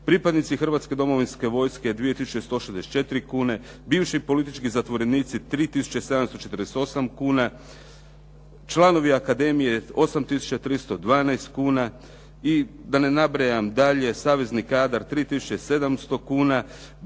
pripadnici Hrvatske domovinske vojske 2164 kune, bivši politički zatvorenici 3748 kuna, članovi akademije 8312 kuna i da ne nabrajam dalje, savezni kadar 3700 kuna,